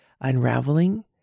unraveling